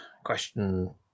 Question